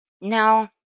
Now